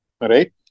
right